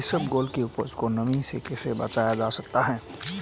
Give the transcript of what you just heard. इसबगोल की उपज को नमी से कैसे बचाया जा सकता है?